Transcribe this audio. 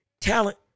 talent